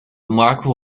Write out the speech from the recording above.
marco